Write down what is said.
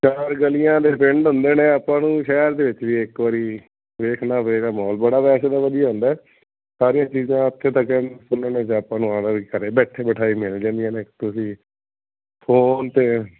ਚਾਰ ਗਲੀਆਂ ਦੇ ਪਿੰਡ ਹੁੰਦੇ ਨੇ ਆਪਾਂ ਨੂੰ ਸ਼ਹਿਰ ਦੇ ਵਿੱਚ ਵੀ ਇੱਕ ਵਾਰੀ ਵੇਖਣਾ ਪਵੇਗਾ ਮਾਹੌਲ ਬੜਾ ਵੈਸੇ ਤਾਂ ਵਧੀਆ ਹੁੰਦਾ ਸਾਰੀਆਂ ਚੀਜ਼ਾਂ ਉੱਥੇ ਤਾਂ ਕ ਆਪਾਂ ਨੂੰ ਆਉਣਾ ਵੀ ਘਰ ਬੈਠੇ ਬਿਠਾਏ ਮਿਲ ਜਾਂਦੀਆਂ ਨੇ ਤੁਸੀਂ ਫੋਨ 'ਤੇ